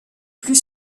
plus